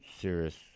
serious